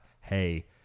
Hey